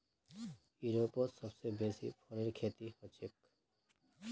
यूरोपत सबसे बेसी फरेर खेती हछेक